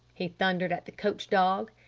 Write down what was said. he thundered at the coach dog.